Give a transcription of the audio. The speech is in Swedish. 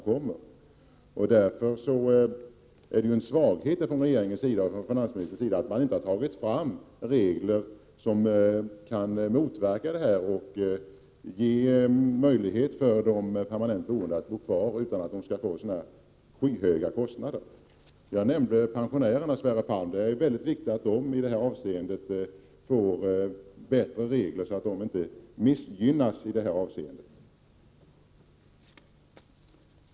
Det är därför en svaghet att regeringen och finansministern inte har tagit fram regler som kan motverka dessa negativa konsekvenser och ge de permanentboende möjlighet att bo kvar utan att få skyhöga kostnader. Jag nämnde pensionärerna, Sverre Palm. Det är mycket viktigt att de får bättre regler, så att de inte missgynnas i detta avseende.